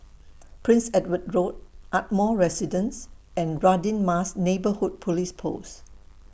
Prince Edward Road Ardmore Residence and Radin Mas Neighbourhood Police Post